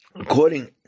According